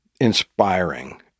inspiring